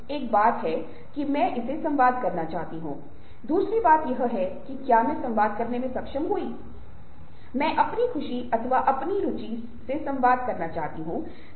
और फिर मैं इसे उन विशिष्ट गतिविधियों से जोड़ने का प्रयास करूँगा जो आप विशिष्ट समूह में कर सकते हैं कर